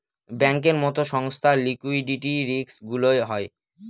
ব্যাঙ্কের মতো সংস্থার লিকুইডিটি রিস্কগুলোও হয়